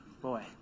boy